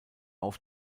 auf